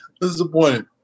Disappointed